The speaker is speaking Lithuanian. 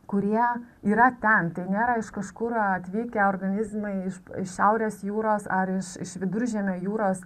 kurie yra ten tai nėra iš kažkur atvykę organizmai iš p iš šiaurės jūros ar iš iš viduržemio jūros